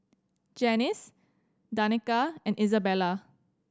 Janice Danica and Isabela